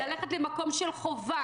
ללכת למקום של חובה.